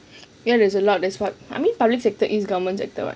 ya there's a lot that's what I mean public sector is government sector [what]